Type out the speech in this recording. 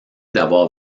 d’avoir